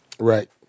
Right